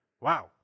Wow